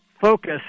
focus